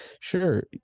sure